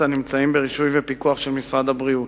נמצאים ברישוי ובפיקוח של משרד הבריאות,